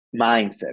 mindset